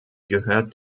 gehört